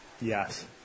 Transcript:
Yes